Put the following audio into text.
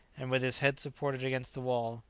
and with his head supported against the wall,